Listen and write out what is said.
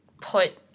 put